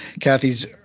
kathy's